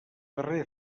darrera